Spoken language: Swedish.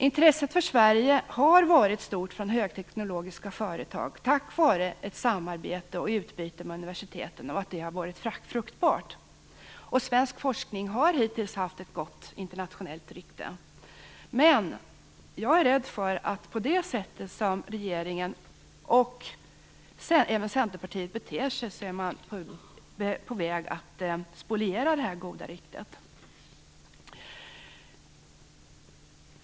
Intresset för Sverige har varit stort från högteknologiska företag tack vare ett samarbete och utbyte med universiteten, som har varit fruktbart, och svensk forskning har hittills haft ett gott internationellt rykte, men jag är rädd för att man med det sätt som regeringen och även Centerpartiet beter sig är på väg att spoliera detta goda rykte.